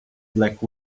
black